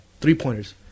three-pointers